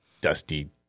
dusty